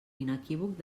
inequívoc